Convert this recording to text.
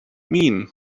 mean